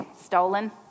stolen